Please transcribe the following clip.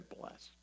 blessed